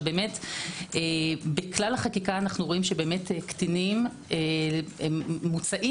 בכלל החקיקה אנו רואים שקטינים מוצאים